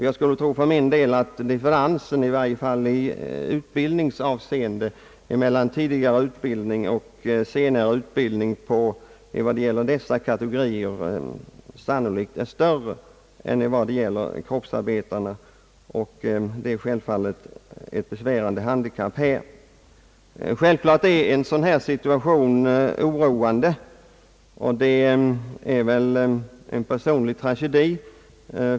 Jag tror för min del att differensen mellan tidigare utbildning och senare utbildning är större i dessa grupper än bland kroppsarbetarna, och det innebär givetvis ett besvärande handikapp. En sådan här situation är naturligtvis oroande.